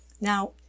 Now